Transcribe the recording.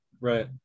right